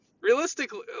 Realistically